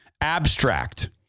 abstract